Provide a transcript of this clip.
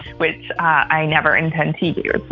which i never intended to yeah